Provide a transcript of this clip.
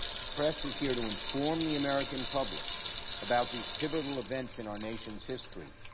the press is here to inform the american public about these pivotal events in our nations history.